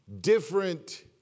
different